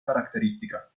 característica